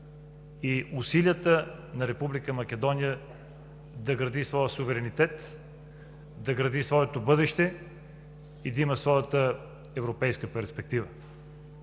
и усилията на Република Македония да гради своя суверенитет, да гради своето бъдеще и да има своята европейска перспектива.